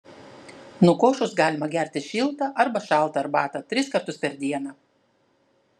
nukošus galima gerti šiltą arba šaltą arbatą tris kartus per dieną